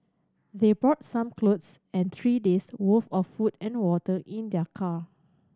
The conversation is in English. they brought some clothes and three days' worth of food and water in their car